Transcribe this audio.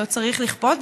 לא צריך לכפות,